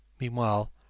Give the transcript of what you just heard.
Meanwhile